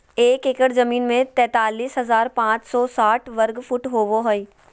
एक एकड़ जमीन में तैंतालीस हजार पांच सौ साठ वर्ग फुट होबो हइ